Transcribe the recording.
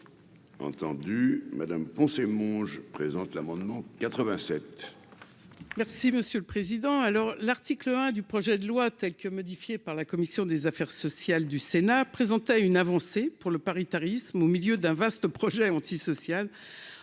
Entendu Madame Monge présente l'amendement 87. Merci monsieur le Président, alors l'article 1 du projet de loi telle que modifiée par la commission des affaires sociales du Sénat présenté une avancée pour le paritarisme au milieu d'un vaste projet antisocial